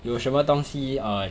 有什么东西 err